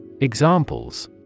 Examples